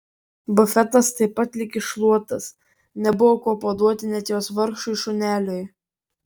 bufetas taip pat lyg iššluotas nebuvo ko paduoti net jos vargšui šuneliui